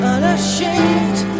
Unashamed